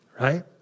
right